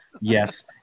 Yes